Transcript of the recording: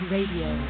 Radio